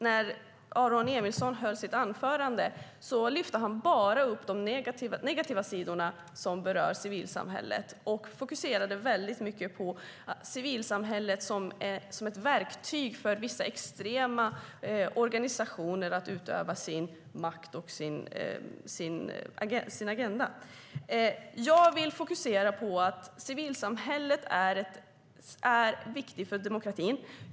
När Aron Emilsson höll sitt anförande lyfte han bara upp civilsamhällets negativa sidor, och han fokuserade mycket på civilsamhället som ett verktyg för att vissa extrema organisationer ska kunna utöva sin makt och sin agenda. Jag vill fokusera på att civilsamhället är viktigt för demokratin.